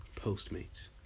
Postmates